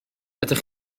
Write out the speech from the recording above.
ydych